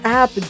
app